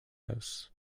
house